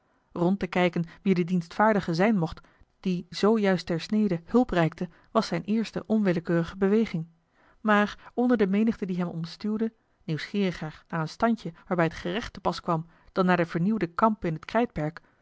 rond te kijken wie de dienstvaardige zijn mocht die zoo juist ter snede hulp reikte was zijne eerste onwillekeurige beweging maar onder de menigte die hem omstuwde nieuwsgieriger naar een standje waarbij het gerecht te pas kwam dan naar den vernieuwden kamp in het